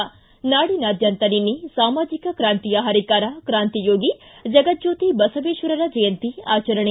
ಿ ನಾಡಿನಾದ್ಯಂತ ನಿನ್ನೆ ಸಾಮಾಜಿಕ ಕ್ರಾಂತಿಯ ಹರಿಕಾರ ಕ್ರಾಂತಿಯೋಗಿ ಜಗಜ್ಯೋತಿ ಬಸವೇಶ್ವರರ ಜಯಂತಿ ಆಚರಣೆ